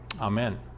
Amen